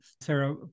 Sarah